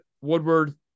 Woodward